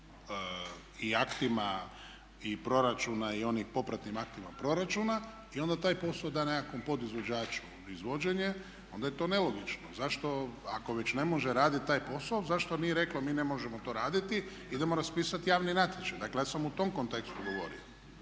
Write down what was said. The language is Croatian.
i aktima i proračuna i onim popratnim aktima proračuna i onda taj posao da nekakvom podizvođaču na izvođenje onda je to nelogično. Zašto ako već ne može raditi taj posao zašto nije reklo mi ne možemo to raditi, idemo raspisati javni natječaj. Dakle ja sam u tom kontekstu govorio.